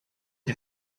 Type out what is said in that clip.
you